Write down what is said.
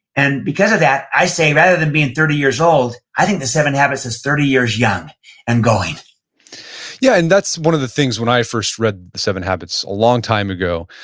and because of that, i say, rather than being thirty years old, i think the seven habits is thirty years young and going yeah, and that's one of the things, when i first read the seven habits a long time ago,